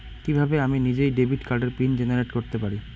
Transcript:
কিভাবে আমি নিজেই ডেবিট কার্ডের পিন জেনারেট করতে পারি?